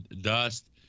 Dust